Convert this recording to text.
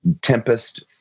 Tempest